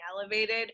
elevated